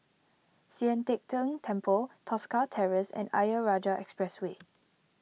Sian Teck Tng Temple Tosca Terrace and Ayer Rajah Expressway